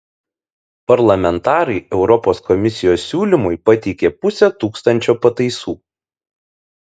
parlamentarai europos komisijos siūlymui pateikė pusę tūkstančio pataisų